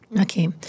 Okay